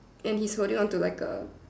and he's holding on to like A